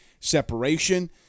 separation